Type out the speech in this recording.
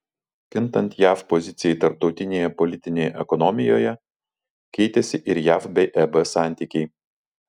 kintant jav pozicijai tarptautinėje politinėje ekonomijoje keitėsi ir jav bei eb santykiai